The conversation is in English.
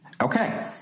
okay